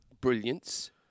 brilliance